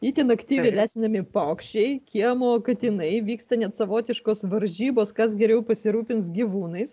itin aktyviai lesinami paukščiai kiemo katinai vyksta net savotiškos varžybos kas geriau pasirūpins gyvūnais